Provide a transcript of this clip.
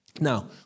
Now